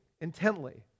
intently